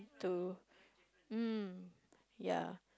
to mm ya